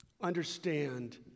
Understand